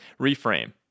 Reframe